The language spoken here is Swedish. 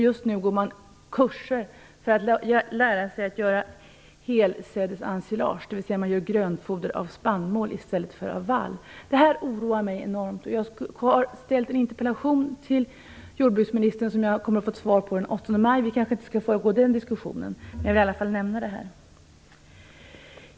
Just nu går de kurser för att lära sig göra helsädesensilage, dvs. att göra grönfoder av spannmål i stället för av vall. Detta oroar mig enormt. Jag har ställt en interpellation till jordbruksministern som jag kommer att få ett svar på den 8 maj. Vi kanske inte skall föregå den diskussionen, men jag vill i alla fall nämna det.